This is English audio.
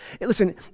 Listen